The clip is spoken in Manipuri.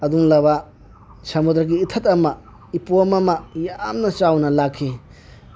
ꯑꯗꯨꯒꯨꯝꯂꯕ ꯁꯃꯨꯗ꯭ꯔꯒꯤ ꯏꯊꯠ ꯑꯃ ꯏꯄꯣꯝ ꯑꯃ ꯌꯥꯝꯅ ꯆꯥꯎꯅ ꯂꯥꯛꯈꯤ